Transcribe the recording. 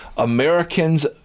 Americans